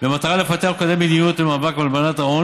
במטרה לפתח ולקדם מדיניות למאבק בהלבנת הון